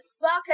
Welcome